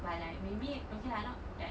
but like maybe okay lah not that